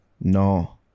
No